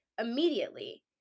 immediately